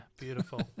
beautiful